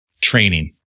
training